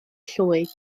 llwyd